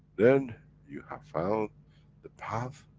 then, you have found the path,